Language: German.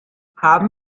haben